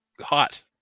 hot